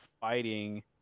fighting